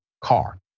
car